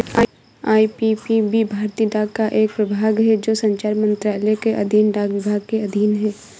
IPPB भारतीय डाक का एक प्रभाग है जो संचार मंत्रालय के अधीन डाक विभाग के अधीन है